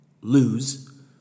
lose